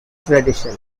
tradition